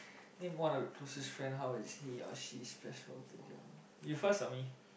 name one of your closest friend how is he or she closest to you you first or me